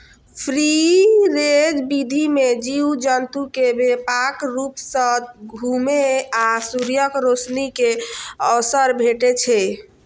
free range विधि मे जीव जंतु कें व्यापक रूप सं घुमै आ सूर्यक रोशनी के अवसर भेटै छै